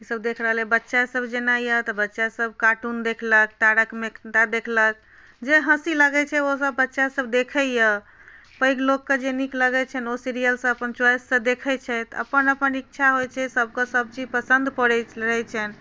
ईसब देख रहल अइ बच्चासब जेना अइ तऽ बच्चा सब कार्टून देखलक तारक मेहता देखलक जे हँसी लगै छै ओसब बच्चासब देखैए पैघ लोकके जे नीक लगै छनि ओ सीरियलसब अपन चॉइससँ देखै छथि अपन अपन इच्छा होइ छै सबके सब चीज पसन्द पड़ै छनि